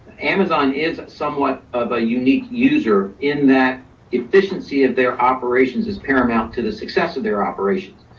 amazon is somewhat of a unique user in that efficiency of their operations is paramount to the success of their operations.